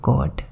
God